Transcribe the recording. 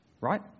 right